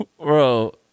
Bro